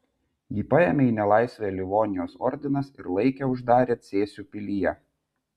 jį paėmė į nelaisvę livonijos ordinas ir laikė uždarę cėsių pilyje